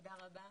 תודה רבה,